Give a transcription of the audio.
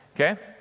Okay